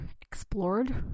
explored